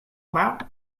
about